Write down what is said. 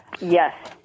Yes